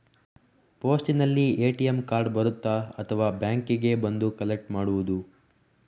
ಪೋಸ್ಟಿನಲ್ಲಿ ATM card ಬರುತ್ತಾ ಅಥವಾ ಬ್ಯಾಂಕಿಗೆ ಬಂದು ಕಲೆಕ್ಟ್ ಮಾಡುವುದು?